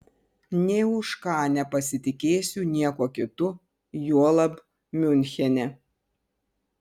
nė už ką nepasitikėsiu niekuo kitu juolab miunchene